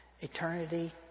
Eternity